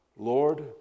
Lord